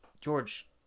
george